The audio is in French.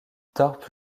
thorpe